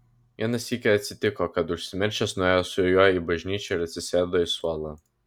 vieną sykį atsitiko kad užsimiršęs nuėjo su juo į bažnyčią ir atsisėdo į suolą